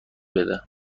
بده